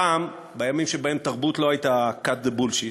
פעם, בימים שבהם תרבות לא הייתה cut the bullshit,